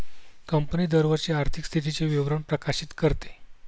company दरवर्षी आर्थिक स्थितीचे विवरण प्रकाशित करते